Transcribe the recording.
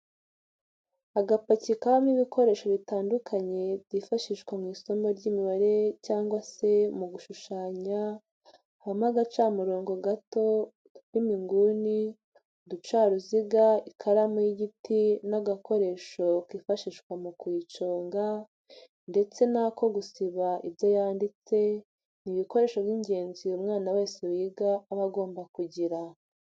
Agapaki kabamo ibikoresho bitandukanye byifashishwa mw'isomo ry'imibare cyangwa se mu gushushanya habamo agacamurongo gato, udupima inguni, uducaruziga, ikaramu y'igiti n'agakoresho kifashishwa mu kuyiconga ndetse n'ako gusiba ibyo yanditse, ni ibikoresho by'ingenzi umwana wese wiga aba agomba kugira.